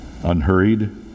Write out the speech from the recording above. Unhurried